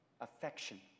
affection